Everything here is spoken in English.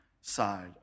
side